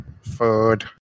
Food